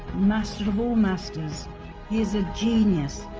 master of all masters. he is a genius,